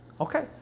okay